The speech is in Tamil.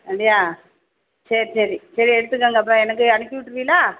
அப்படியா சரி சரி சரி எடுத்துக்கோங்க அப்போ எனக்கு அனுப்பிவிட்டுருவியளா